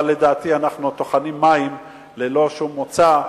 אבל לדעתי אנחנו טוחנים מים ללא שום מוצא,